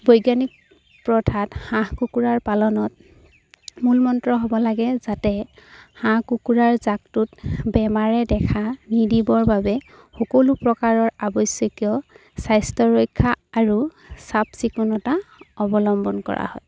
বৈজ্ঞানিক প্ৰথাত হাঁহ কুকুৰাৰ পালনত মূল মন্ত্ৰ হ'ব লাগে যাতে হাঁহ কুকুৰাৰ জাকটোত বেমাৰে দেখা নিদিবৰ বাবে সকলো প্ৰকাৰৰ আৱশ্যকীয় স্বাস্থ্য ৰক্ষা আৰু চাফচিকুণতা অৱলম্বন কৰা হয়